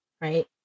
right